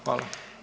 Hvala.